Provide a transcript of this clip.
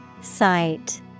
Sight